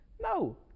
No